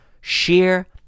Sheer